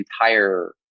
entire